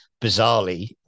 bizarrely